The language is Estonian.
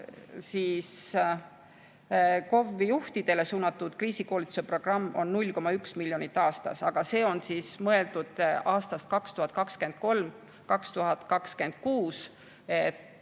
ja KOV‑ide juhtidele suunatud kriisikoolituse programm on 0,1 miljonit aastas. Aga see on mõeldud aastatel 2023–2026,